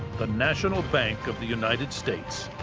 the national bank of the united states.